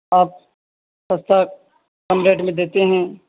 آپ سستا کم ریٹ میں دیتے ہیں